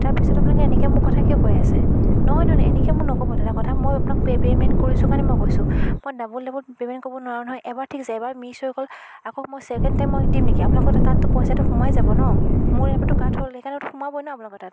তাৰ পিছত আপোনালোকে এনেকৈ মোক কথা কিয় কৈ আছে নহয় নহয় এনেকৈ মোক নক'ব দাদা কথা মই আপোনাক পে পে'মেণ্ট কৰিছোঁ কাৰণে মই কৈছোঁ মই ডাব'ল ডাব'ল পে'মেণ্ট কৰিব নোৱাৰো নহয় এবাৰ ঠিক আছে এবাৰ মিছ হৈ গ'ল আকৌ মই ছেকেণ্ড টাইম মই দিম নেকি আপোনালোকৰ তাততো পইছাটো সোমাই যাব ন মোৰ ইয়াৰ পৰাতো কাট হ'ল সেইকাৰণেতো সোমাবই ন আপোনালোকৰ তাত